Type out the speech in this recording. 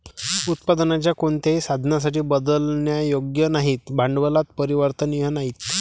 उत्पादनाच्या कोणत्याही साधनासाठी बदलण्यायोग्य नाहीत, भांडवलात परिवर्तनीय नाहीत